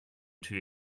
too